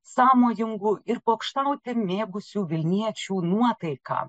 sąmojingų ir pokštauti mėgusių vilniečių nuotaiką